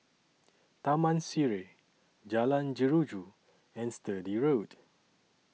Taman Sireh Jalan Jeruju and Sturdee Road